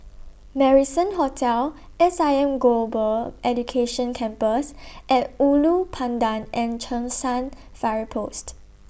Marrison Hotel S I M Global Education Campus At Ulu Pandan and Cheng San Fire Post